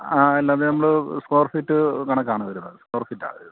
ആ അല്ലാതെ നമ്മൾ സ്ക്വയർ ഫീറ്റ് കണക്കാണ് വരുന്നത് സ്ക്വയർ ഫീറ്റ്